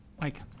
Mike